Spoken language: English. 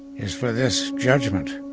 is for this judgment.